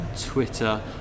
Twitter